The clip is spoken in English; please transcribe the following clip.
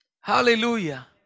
Hallelujah